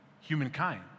humankind